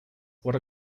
what